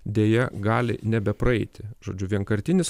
deja gali nebepaeiti žodžiu vienkartinis